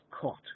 caught